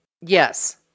yes